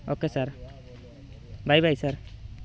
okay sir by by sir